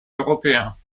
européens